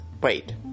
Wait